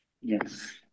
yes